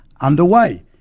underway